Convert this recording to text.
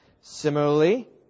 Similarly